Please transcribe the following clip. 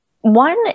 One